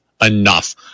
enough